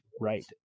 right